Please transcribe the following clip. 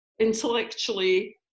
intellectually